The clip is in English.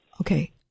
Okay